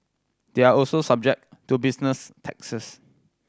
they are also subject to business taxes